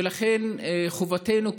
ולכן חובתנו,